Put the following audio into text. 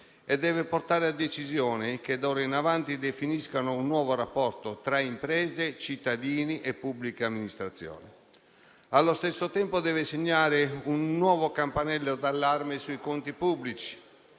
altresì portare a decisioni che d'ora in avanti definiscano un nuovo rapporto tra imprese, cittadini e pubblica amministrazione. Allo stesso tempo, deve segnare un nuovo campanello d'allarme sui conti pubblici.